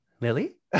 Lily